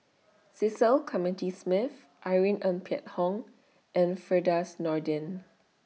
Cecil Clementi Smith Irene Ng Phek Hoong and Firdaus Nordin